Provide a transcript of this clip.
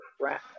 crap